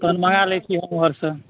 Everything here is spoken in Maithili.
तऽ मँगा लए छी ओम्हरसँ